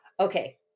Okay